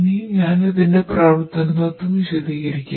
ഇനി ഞാൻ ഇതിന്റെ പ്രവർത്തന തത്വം വിശദീകരിക്കാം